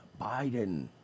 Biden